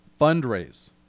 fundraise